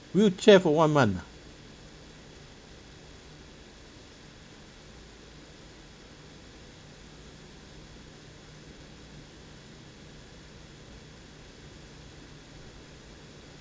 wheelchair for one month ah